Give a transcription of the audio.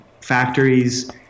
Factories